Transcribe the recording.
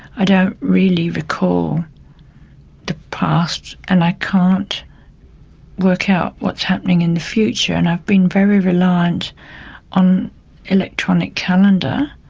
i don't really recall the past, and i can't work out what is happening in the future, and i have been very reliant on my electronic calendar.